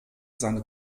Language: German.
seine